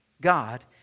God